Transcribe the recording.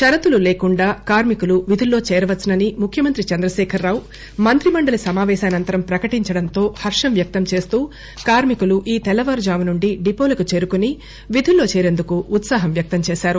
షరతులు లేకుండా కార్మికులు విధుల్లో చేరవచ్చునని ముఖ్యమంత్రి చంద్రశేఖరరావు మంత్రి మండలీ సమాపేశానంతరం ప్రకటించడంతో హర్షం వ్యక్తం చేస్తూ కార్మి కులు ఈ తెల్లవారుఝామునుండి డిపోలకి చేరుకుని విధుల్లో చేరేందుకు ఉత్పాహం వ్యక్తం చేశారు